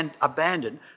abandoned